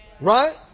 Right